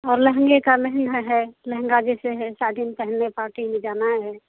और लहँगे का लहँगा है लहँगा जैसे है सादी में पहनने पार्टी में जाना है